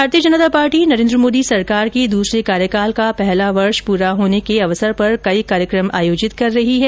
भारतीय जनता पार्टी नरेन्द्र मोदी सरकार के दूसरे कार्यकाल का पहला वर्ष पूरा होने के अवसर पर कई कार्यक्रम आयोजित कर रही है